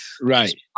Right